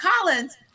Collins